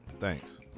thanks